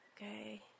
Okay